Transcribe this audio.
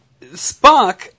Spock